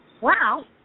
Wow